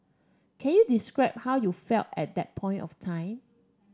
can you describe how you felt at that point of time